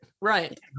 Right